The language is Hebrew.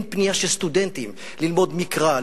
אין פנייה של סטודנטים ללמוד מקרא,